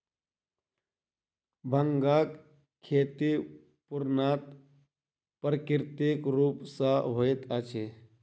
भांगक खेती पूर्णतः प्राकृतिक रूप सॅ होइत अछि